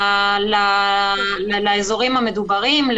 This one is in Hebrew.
לאזורים המדוברים,